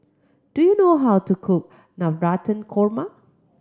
do you know how to cook Navratan Korma